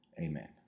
amen